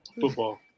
Football